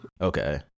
Okay